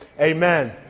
Amen